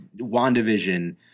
Wandavision